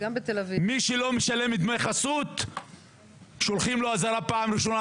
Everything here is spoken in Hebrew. מי שלא משלם את דמי החסות שולחים לו אזהרה בפעם הראשונה,